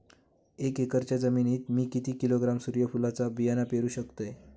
एक एकरच्या जमिनीत मी किती किलोग्रॅम सूर्यफुलचा बियाणा पेरु शकतय?